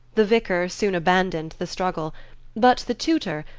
the vicar soon abandoned the struggle but the tutor,